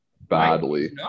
badly